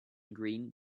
green